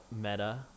Meta